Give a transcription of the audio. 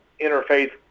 interfaith